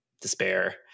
Despair